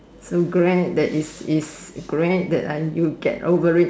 so glad that is is glad that you get over it